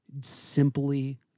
Simply